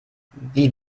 wie